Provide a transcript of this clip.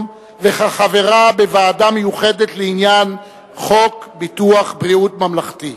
וכחברה בוועדה מיוחדת לעניין חוק ביטוח בריאות ממלכתי.